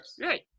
Right